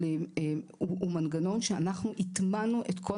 אבל הוא מנגנון שאנחנו הטמענו את כל